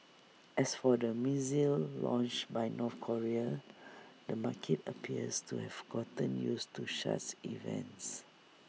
as for the missile launch by North Korea the market appears to have gotten used to such events